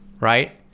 right